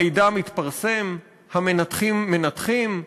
המידע מתפרסם, המנתחים מנתחים,